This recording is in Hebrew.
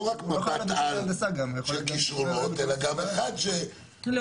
לא רק מבט על של כישרונות, אלא גם אחד ש --- לא.